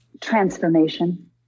Transformation